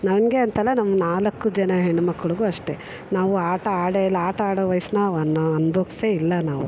ನಂಗೆ ಅಂತಲ್ಲ ನಮ್ಮ ನಾಲ್ಕು ಜನ ಹೆಣ್ಮಕ್ಳಿಗೂ ಅಷ್ಟೇ ನಾವು ಆಟ ಆಡೇ ಇಲ್ಲ ಆಟ ಆಡೋ ವಯಸ್ಸನ್ನ ನಾವು ಅನುಭವ್ಸೇ ಇಲ್ಲ ನಾವು